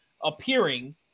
appearing